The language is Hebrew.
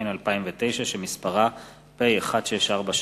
התשס"ט 2009, שמספרה פ/1643/18.